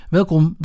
Welkom